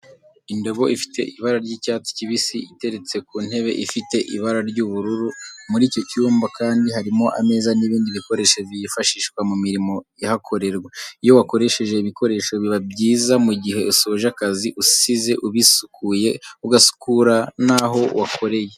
Indobo ifite ibara ry'icyats kibisi iteretse ku ntebe ifite ibara ry'ubururu, muri icyo cyumba kandi harimo ameza n'ibindi bikoresho byifashishwa mu mirimo ihakorerwa, iyo wakoresheje ibikoresho biba byiza mu gihe usoje akazi usize ubisukuye ugasukura naho wakoreye.